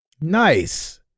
nice